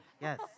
yes